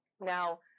Now